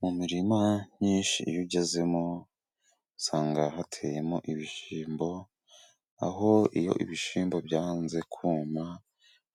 Mu mirima myinshi iyo ugezemo usanga hateyemo ibishyimbo, aho iyo ibishyimbo byanze kuma